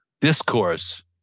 discourse